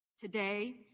today